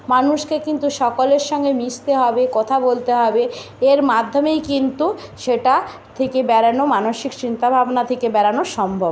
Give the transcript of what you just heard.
মানুষকে কিন্তু সকলের সঙ্গে মিশতে হবে কথা বলতে হবে এর মাধ্যমেই কিন্তু সেটা থেকে বেরোনো মানসিক চিন্তা ভাবনা থেকে বেরোনো সম্ভব